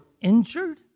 injured